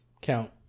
count